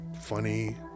funny